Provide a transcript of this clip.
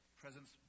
presence